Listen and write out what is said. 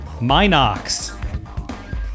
Minox